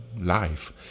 life